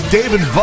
David